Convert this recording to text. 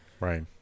right